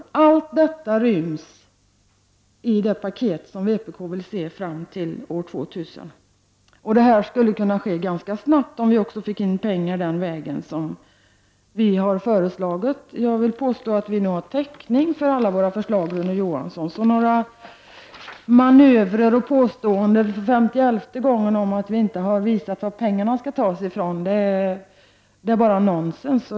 Våra förslag skulle kunna genomföras ganska snabbt om vi fick in pengar den väg som vi har föreslagit. Jag vill nog påstå att vi har täckning för alla våra förslag, Rune Johansson, så manövrar och påståenden för femtioelfte gången om att vi inte har visat var pengarna skall tas ifrån är bara nonsens.